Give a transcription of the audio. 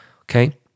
okay